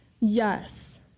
Yes